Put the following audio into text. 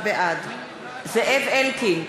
בעד זאב אלקין,